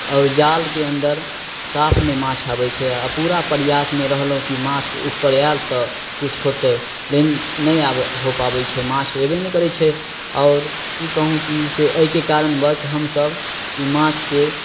आओर जालके अन्दर साफ नहि माछ आबै छै आओर पूरा प्रयासमे रहलहुँ कि माछ उपर आएत तऽ किछु होतै लेकिन नहि आबै हो पाबै छै माछ अएबे नहि करै छै आओर कि कहूँ कि एहिके कारणवश हमसभ ई माछके